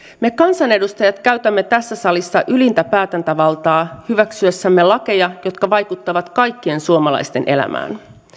me kansanedustajat käytämme tässä salissa ylintä päätäntävaltaa hyväksyessämme lakeja jotka vaikuttavat kaikkien suomalaisten elämään